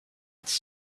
its